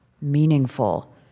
meaningful